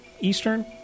Eastern